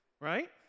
right